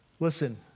Listen